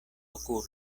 okulo